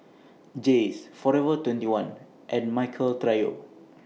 Jays Forever twenty one and Michael Trio